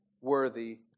worthy